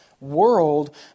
world